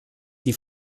die